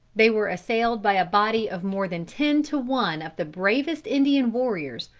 they were assailed by a body of more than ten to one of the bravest indian warriors,